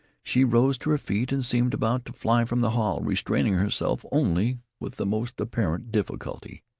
she rose to her feet and seemed about to fly from the hall, restraining herself only with the most apparent difficulty.